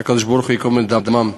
שהקדוש-ברוך-הוא ייקום את דמם.